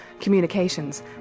communications